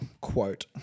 quote